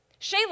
Shayla